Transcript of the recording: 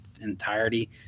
entirety